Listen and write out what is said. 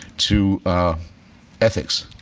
to ethics.